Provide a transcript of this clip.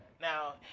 Now